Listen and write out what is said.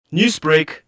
Newsbreak